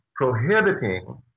prohibiting